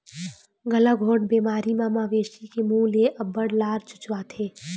गलाघोंट बेमारी म मवेशी के मूह ले अब्बड़ लार चुचवाथे